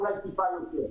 אולי טיפה יותר.